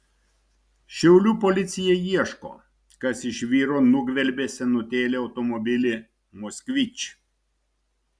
šiaulių policija ieško kas iš vyro nugvelbė senutėlį automobilį moskvič